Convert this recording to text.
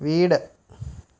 വീട്